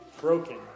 broken